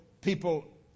people